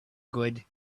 good